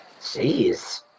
Jeez